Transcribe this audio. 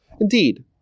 Indeed